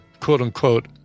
quote-unquote